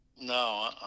No